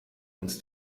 uns